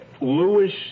Lewis